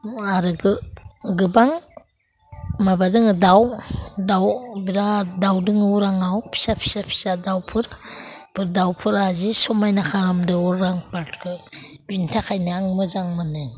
आरो गोबां माबा दोङो दाउ दाउ बिराथ दाउ दोङो अराङाव फिसा फिसा दाउफोर बेफोर दाउफोरा जि समायना खालामदों अरां पार्कखौ बिनि थाखायनो आं मोजां मोनो